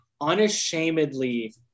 unashamedly